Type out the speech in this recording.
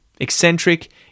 eccentric